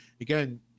again